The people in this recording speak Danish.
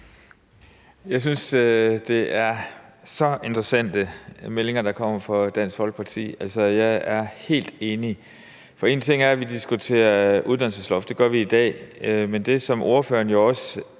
Jeg synes, det er sådan nogle interessante meldinger, der kommer fra Dansk Folkeparti. Jeg er helt enig, for en ting er, at vi diskuterer uddannelsesloft – det gør vi i dag – men det, som ordføreren jo også